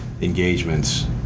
engagements